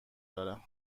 دارم